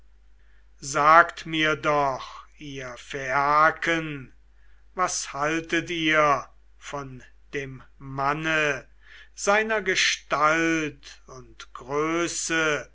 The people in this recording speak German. sagt mir doch ihr phaiaken was haltet ihr von dem manne seiner gestalt und größe